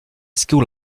school